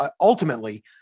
ultimately